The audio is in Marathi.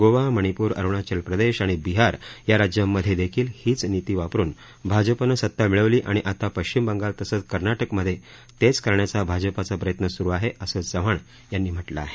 गोवा मणिपूर अरुणाचल प्रदेश आणि बिहार या राज्यांमध्येदेखील हीच निती वापरून भाजपनं सता मिळवली आणि आता पश्चिम बंगाल तसंच कर्नाटकमध्ये तेच करण्याचा भाजपचा प्रयत्न स्रु आहे असं चव्हाण यांनी म्हटलं आहे